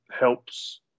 helps